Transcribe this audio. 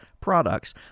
products